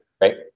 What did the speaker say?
right